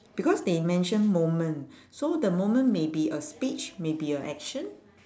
because they mention moment so the moment may be a speech may be a action